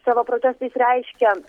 savo protestais reiškia